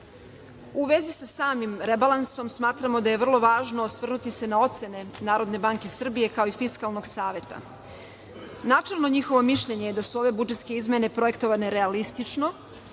vezi sa samim rebalansom, smatramo da je vrlo važno osvrnuti se na ocene NBS kao i Fiskalnog saveta. Načelno njihovo mišljenje je da su ove budžetske izmene projektovane realistično,